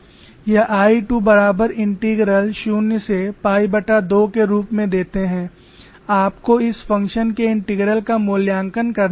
यह I 2 बराबर integral शून्य से पाई2 के रूप में देते हैं आपको इस फ़ंक्शन के इंटीग्रल का मूल्यांकन करना होगा